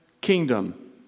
Kingdom